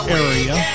area